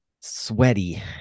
sweaty